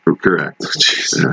Correct